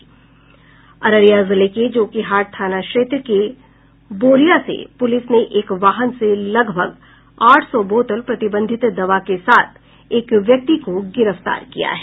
अररिया जिले के जोकीहाट थाना क्षेत्र के बोरिया से पुलिस ने एक वाहन से लगभग आठ सौ बोतल प्रतिबंधित दवा के साथ एक व्यक्ति को गिरफ्तार किया है